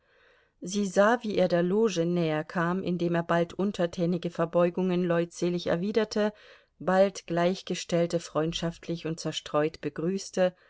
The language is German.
sie sah wie er der loge näher kam indem er bald untertänige verbeugungen leutselig erwiderte bald gleichgestellte freundschaftlich und zerstreut begrüßte